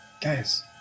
Guys